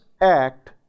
act